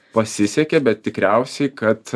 pasisekė bet tikriausiai kad